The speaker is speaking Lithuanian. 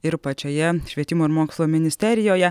ir pačioje švietimo ir mokslo ministerijoje